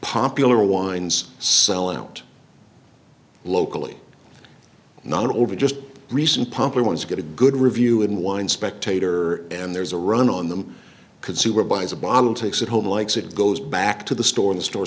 popular wines selling out locally not over just recent pumper ones get a good review in the wine spectator and there's a run on them consumer buys a bottle takes it home likes it goes back to the store the store